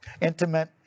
Intimate